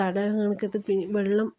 തടയാൻ കണക്കത്തപ്പീ വെള്ളം